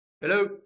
hello